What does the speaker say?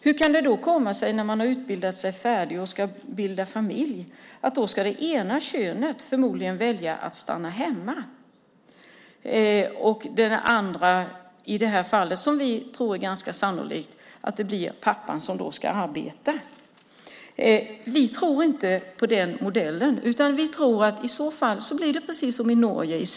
Hur kan det då komma sig att det ena könet, när de har utbildat sig färdigt och ska bilda familj, förmodligen ska välja att stanna hemma och det andra ska arbeta? I det här fallet är det ganska sannolikt att det blir pappan som då ska arbeta. Vi tror inte på den modellen. Vi tror att det i Sverige i så fall blir precis som i Norge.